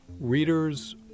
readers